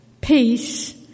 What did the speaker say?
peace